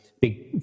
big